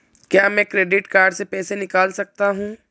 क्या मैं credit card से पैसे निकाल सकता हूँ?